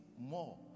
more